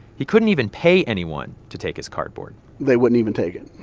he couldn't even pay anyone to take his cardboard they wouldn't even take it.